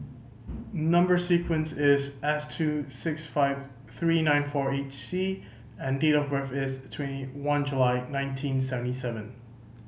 number sequence is S two six five three nine four eight C and date of birth is twenty one July nineteen seventy seven